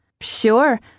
Sure